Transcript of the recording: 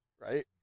Right